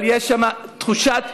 ויש שם גם תחושת